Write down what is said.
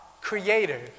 creator